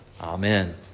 Amen